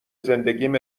زندگیم